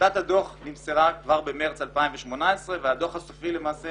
טיוטת הדוח נמסרה כבר במרס 2018 והדוח הסופי למעשה